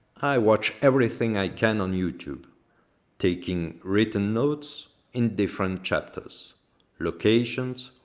i watch everything i can on youtube taking written notes in differents chapters locations,